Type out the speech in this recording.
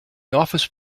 office